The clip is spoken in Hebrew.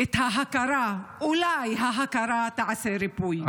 אולי ההכרה תעשה ריפוי.